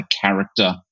character